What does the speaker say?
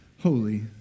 holy